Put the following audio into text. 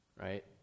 Right